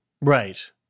Right